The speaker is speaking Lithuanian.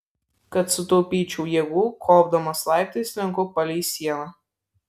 kad sutaupyčiau jėgų kopdamas laiptais slenku palei sieną